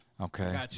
okay